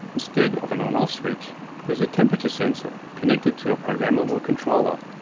instead of an on off switch there is a temperature sensor connected to a programmable controller,